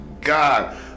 God